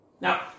Now